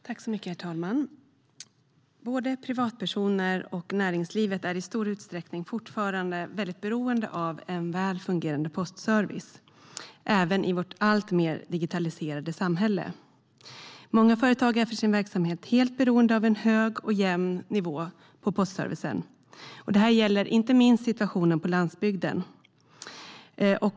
Herr talman! Både privatpersoner och näringslivet är i stor utsträckning fortfarande beroende av en väl fungerande postservice, även i vårt alltmer digitaliserade samhälle. Många företag är för sin verksamhet helt beroende av en hög och jämn nivå på postservicen. Det gäller inte minst situationen på landsbygden.